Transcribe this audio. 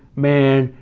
man,